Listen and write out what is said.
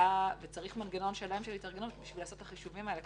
וצריך מנגנון שלם של התארגנות בשביל לעשות את החישובים האלה.